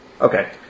Okay